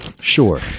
Sure